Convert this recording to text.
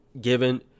given